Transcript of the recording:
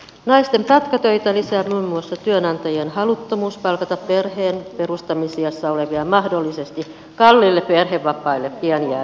naisten pätkätöitä lisää muun muassa työnantajien haluttomuus palkata perheenperustamisiässä olevia mahdollisesti kalliille perhevapaille pian jääviä naisia